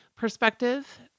Perspective